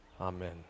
Amen